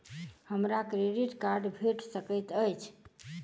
हमरा credit card भेट सकैत अछि?